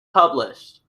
published